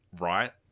right